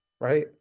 right